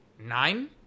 nine